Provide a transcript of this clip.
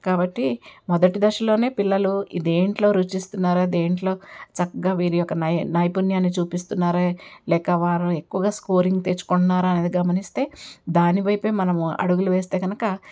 కాబట్టి మొదటి దశలోనే పిల్లలు దేనిలో రుచిస్తున్నారో దేనిలో చక్కగా వీరియొక్క నై నైపుణ్యాన్ని చూపిస్తున్నారే లేక వారి ఎక్కువగా స్కోరింగ్ తెచ్చుకుంటున్నారా అనేది గమనిస్తే దాని వైపే మనము అడుగులు వేస్తే కనుక